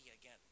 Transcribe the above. again